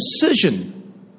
decision